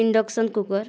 induction cooker